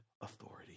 authority